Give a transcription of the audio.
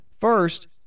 First